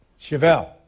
Chevelle